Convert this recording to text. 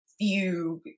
fugue